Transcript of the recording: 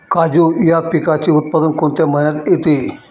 काजू या पिकाचे उत्पादन कोणत्या महिन्यात येते?